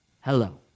Hello